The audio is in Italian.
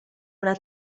una